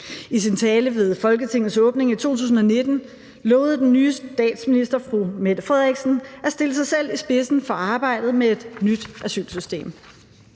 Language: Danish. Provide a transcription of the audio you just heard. I sin tale ved Folketingets åbning i 2019 lovede den nye statsminister at stille sig selv i spidsen for arbejdet med et nyt asylsystem.